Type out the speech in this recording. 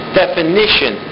definition